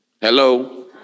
Hello